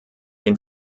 den